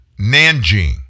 Nanjing